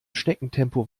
schneckentempo